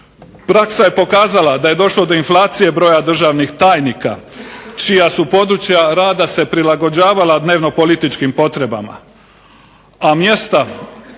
Praksa je pokazala da je došlo do inflacije broja državnih tajnika čija su područja rada se prilagođavala dnevno političkim potrebama, a mjesta